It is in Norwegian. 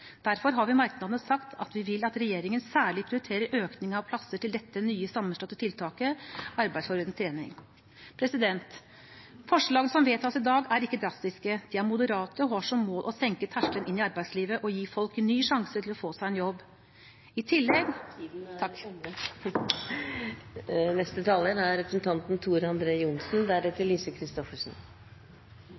Derfor har vi i merknadene sagt at vi vil at regjeringen særlig prioriterer økning av antall plasser til dette nye sammenslåtte tiltaket, Arbeidsforberedende trening. Forslag som vedtas i dag, er ikke drastiske. De er moderate og har som mål å senke terskelen inn i arbeidslivet og gi folk en ny sjanse til å få seg en jobb. I